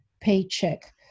paycheck